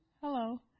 Hello